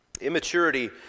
Immaturity